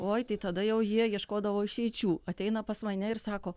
oi tai tada jau jie ieškodavo išeičių ateina pas mane ir sako